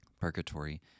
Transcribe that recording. Purgatory